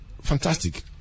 fantastic